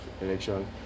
election